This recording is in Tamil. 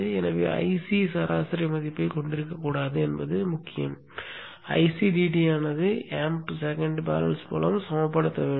எனவே Ic சராசரி மதிப்பைக் கொண்டிருக்கக் கூடாது என்பது முக்கியம் Ic dt ஆனது amp செகண்ட் பேலன்ஸ் மூலம் சமப்படுத்தப்பட வேண்டும்